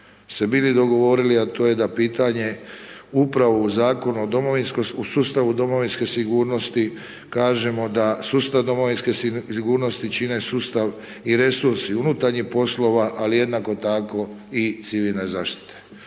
se bili dogovorili a to je da pitanje upravo u Zakonu o sustavu Domovinske sigurnosti kažemo da sustav Domovinske sigurnosti čime sustav i resursi unutarnji poslova ali jednako tako i civilne zaštite.